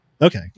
Okay